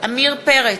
עמיר פרץ,